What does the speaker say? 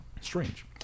Strange